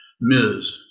Ms